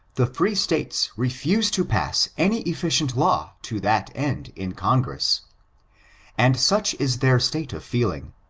the free states refuse to pass any efficient law to that end in congress and such is their state of feeling,